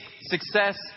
success